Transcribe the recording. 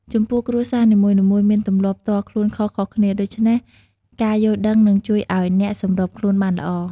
ចំពោះគ្រួសារនីមួយៗមានទម្លាប់ផ្ទាល់ខ្លួនខុសៗគ្នា ដូច្នេះការយល់ដឹងនឹងជួយឲ្យអ្នកសម្របខ្លួនបានល្អ។